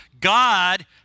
God